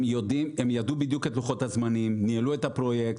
הם ידעו בדיוק את לוחות הזמנים, ניהלו את הפרויקט.